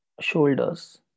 shoulders